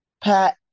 Pat